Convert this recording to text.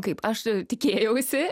kaip aš tikėjausi